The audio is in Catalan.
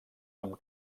amb